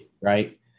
right